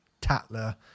Tatler